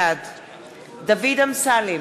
בעד דוד אמסלם,